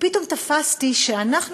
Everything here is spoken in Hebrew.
ופתאום תפסתי שאנחנו,